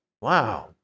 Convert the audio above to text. Wow